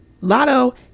Lotto